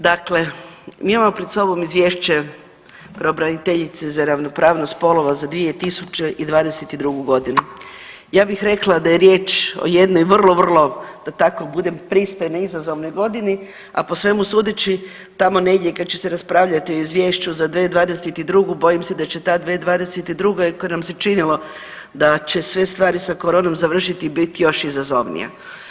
Dakle, mi imamo pred sobom Izvješće pravobraniteljice za ravnopravnost spolova za 2022.g. ja bih rekla daje riječ o jednoj vrlo, vrlo da tako budem pristojna o izazovnoj godini, a po svemu sudeći tamo negdje kad će se raspravljati o izvješću za 2022. bojim se da će ta 2022. i koja nam se činilo da će sve stvari sa koronom završit i biti još izazovnija.